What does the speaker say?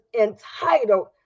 entitled